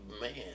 Man